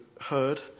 heard